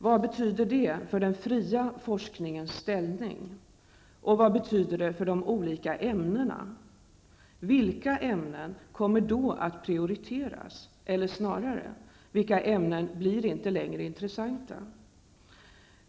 Vad betyder det för den fria forskningens ställning? Och vad betyder det för de olika ämnena? Vilka ämnen kommer då att prioriteras? Eller snarare: Vilka ämnen blir inte längre intressanta?